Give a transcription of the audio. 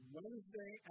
Wednesday